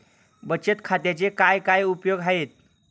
बचत खात्याचे काय काय उपयोग आहेत?